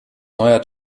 neuer